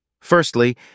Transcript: Firstly